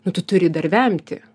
nu tu turi dar vemti